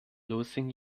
losing